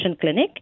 Clinic